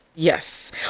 Yes